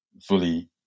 fully